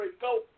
go